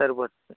సరిపోతుంది